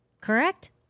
Correct